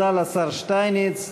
תודה לשר שטייניץ.